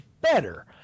better